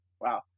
Wow